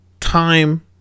time